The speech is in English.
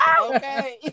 Okay